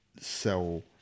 sell